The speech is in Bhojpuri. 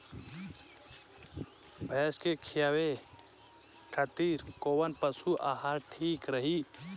भैंस के खिलावे खातिर कोवन पशु आहार ठीक रही?